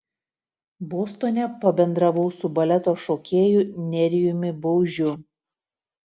bostone pabendravau su baleto šokėju nerijumi baužiu